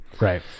Right